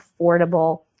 affordable